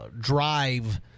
drive